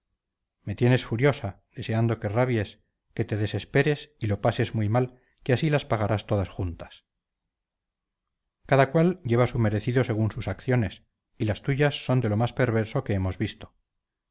me tienes furiosa deseando que rabies que te desesperes y lo pases muy mal que así las pagarás todas juntas cada cual lleva su merecido según sus acciones y las tuyas son de lo más perverso que emos visto